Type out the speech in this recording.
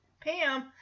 Pam